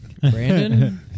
Brandon